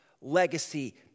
legacy